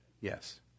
Yes